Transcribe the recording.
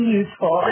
useful